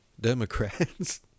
Democrats